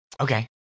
Okay